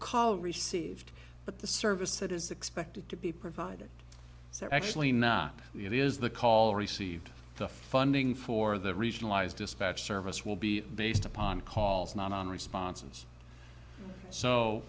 call received but the service that is expected to be provided it's actually not it is the call received the funding for the regionalised dispatch service will be based upon calls not on responses so